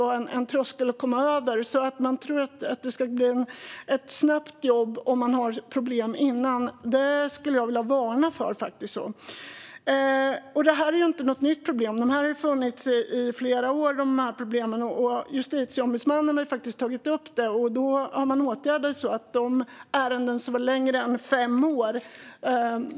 Om man har haft problem innan tror man kanske att man får ett snabbt jobb efter detta. Det här är ett synsätt jag vill varna för. Detta är inget nytt problem, utan det har funnits i flera år. Även Justitieombudsmannen har tagit upp detta. Då har man åtgärdat det hela genom att jobba av de ärenden som var längre än fem år.